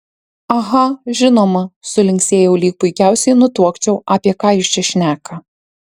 aha žinoma sulinksėjau lyg puikiausiai nutuokčiau apie ką jis čia šneka